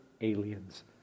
aliens